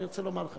אני רוצה לומר לך,